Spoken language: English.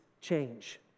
change